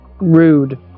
Rude